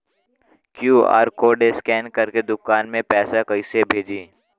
QR code scan करके दुकान में पैसा कइसे भेजी?